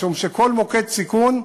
משום שכל מוקד סיכון,